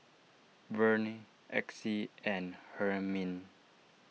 Verne Exie and Hermine